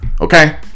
Okay